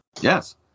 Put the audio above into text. Yes